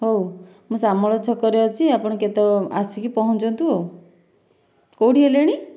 ହେଉ ମୁଁ ସାମଳ ଛକରେ ଅଛି ଆପଣ କେତ ଆସିକି ପହଞ୍ଚନ୍ତୁ ଆଉ କେଉଁଠି ହେଲେଣି